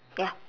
ya